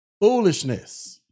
foolishness